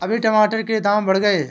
अभी टमाटर के दाम बढ़ गए